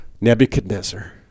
Nebuchadnezzar